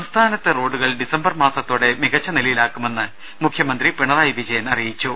സംസ്ഥാനത്തെ റോഡുകൾ ഡിസംബർ മാസത്തോടെ മികച്ച നിലയിലാക്കുമെന്ന് മുഖൃമന്ത്രി പിണറായി വിജയൻ അറിയിച്ചു